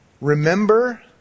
remember